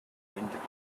windows